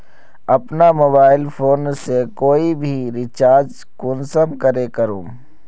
अपना mobile phone से कोई भी रिचार्ज कुंसम करे करूम?